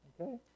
Okay